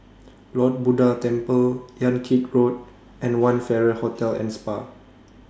Lord Buddha Temple Yan Kit Road and one Farrer Hotel and Spa